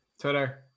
Twitter